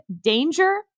danger